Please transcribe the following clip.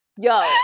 yo